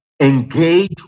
engage